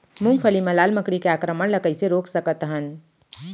मूंगफली मा लाल मकड़ी के आक्रमण ला कइसे रोक सकत हन?